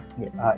yes